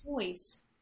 choice